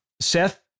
Seth